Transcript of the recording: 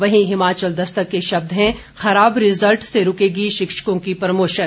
वहीं हिमाचल दस्तक के शब्द हैं खराब रिजल्ट से रूकेगी शिक्षकों की प्रमोशन